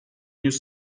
yüz